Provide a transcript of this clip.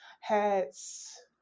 hats